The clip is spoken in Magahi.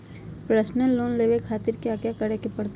पर्सनल लोन लेवे खातिर कया क्या करे पड़तइ?